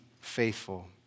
faithful